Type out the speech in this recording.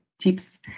tips